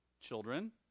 Children